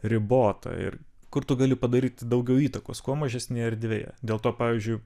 ribota ir kur tu gali padaryti daugiau įtakos kuo mažesnėje erdvėje dėl to pavyzdžiui